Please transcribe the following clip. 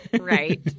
right